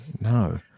No